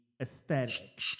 aesthetic